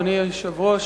אדוני היושב-ראש,